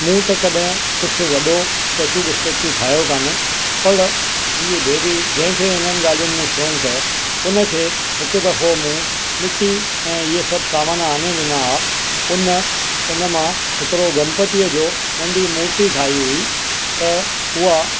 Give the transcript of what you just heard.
मूं त कॾहिं कुझु वॾो स्टेचू विस्टेचू ठाहियो कान्हे पर मुंहिंजी बेबी जंहिंखे इन्हनि ॻाल्हियुनि में शौक़ु आहे हुनखे हिकु दफ़ो मूं मिटी ऐं इहे सभु सामान आणे ॾिनो आहे हुन हुन मां हिकिड़ो गनपतिअ जो नंढी मुर्ती ठाही हुई त उहा